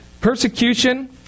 Persecution